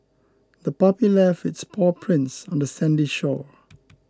the puppy left its paw prints on the sandy shore